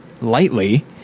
lightly